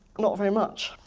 not very much.